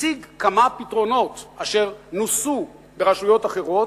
הציג כמה פתרונות אשר נוסו ברשויות אחרות,